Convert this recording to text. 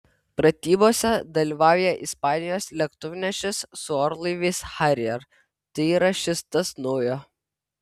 pratybose dalyvauja ispanijos lėktuvnešis su orlaiviais harrier tai yra šis tas naujo